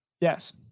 Yes